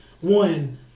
one